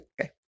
okay